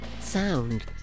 sound